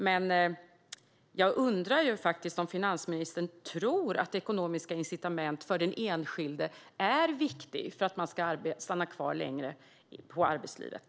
Men jag undrar faktiskt om finansministern tror att ekonomiska incitament för den enskilde är viktigt för att man ska stanna kvar längre i arbetslivet.